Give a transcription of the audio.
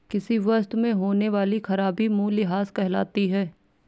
किसी वस्तु में होने वाली खराबी मूल्यह्रास कहलाती है